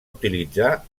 utilitzar